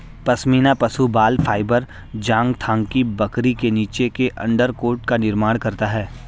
पश्मीना पशु बाल फाइबर चांगथांगी बकरी के नीचे के अंडरकोट का निर्माण करता है